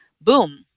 boom